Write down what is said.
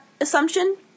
assumption